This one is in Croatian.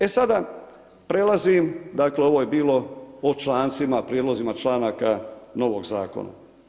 E sada, prelazim, dakle ovo je bilo po člancima, prijedloga članaka novog zakona.